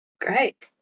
Great